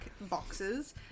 boxes